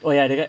oh ya that guy